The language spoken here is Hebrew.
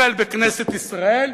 החל בכנסת ישראל,